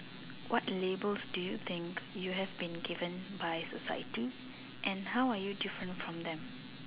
what labels do you think you have been given by society and how are you different from them